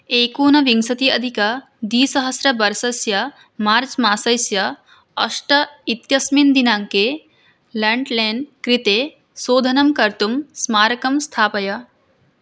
एकोनविंशत्यधिकद्विसहस्रतमवर्षस्य March मासस्य अष्ट इत्यस्मिन् दिनाङ्के लाण्ड्लेन् कृते शोधनं कर्तुं स्मारकं स्थापय